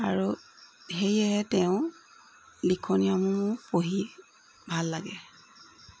আৰু সেয়েহে তেওঁ লিখনীসমূহ পঢ়ি ভাল লাগে